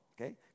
Okay